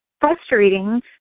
frustrating